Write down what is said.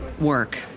work